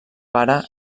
pare